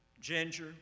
Ginger